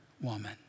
woman